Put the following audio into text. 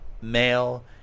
male